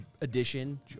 Edition